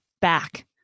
back